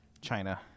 China